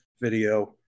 video